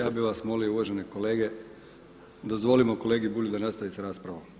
Ja bih vas molio uvažene kolege dozvolimo kolegi Bulju da nastavi sa raspravom.